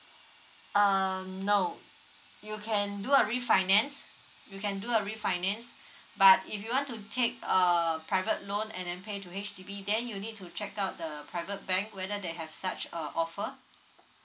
um no you can do a refinance you can do a refinance but if you want to take err private loan and then pay to H_D_B then you need to check out the the private bank whether they have such a offer